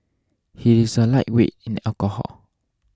he is a lightweight in alcohol